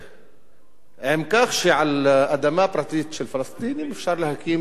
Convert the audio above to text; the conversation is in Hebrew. עם כך שעל אדמה פרטית של פלסטינים אפשר להקים בתים פרטיים של מתנחלים.